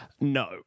no